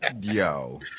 Yo